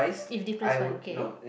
if difference wise okay